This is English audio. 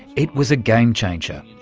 it was a game-changer.